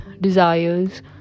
desires